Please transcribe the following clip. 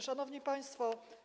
Szanowni Państwo!